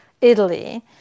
Italy